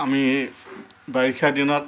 আমি বাৰিষা দিনত